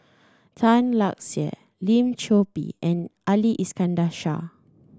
Tan Lark Sye Lim Chor Pee and Ali Iskandar Shah